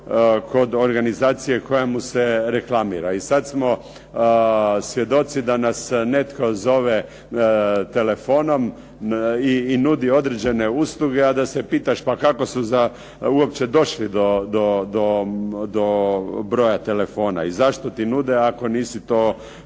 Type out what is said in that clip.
kod organizacije koja mu se reklamira. I sad smo svjedoci da nas netko zove telefonom i nudi određene usluge, a da se pitaš pa kako su uopće došli do broja telefona i zašto ti nude ako nisi to se